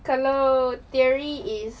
kalau theory is